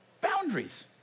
boundaries